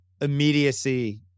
immediacy